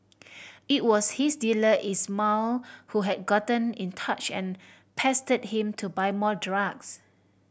it was his dealer Ismail who had gotten in touch and pestered him to buy more drugs